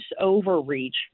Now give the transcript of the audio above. overreach